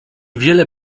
wiele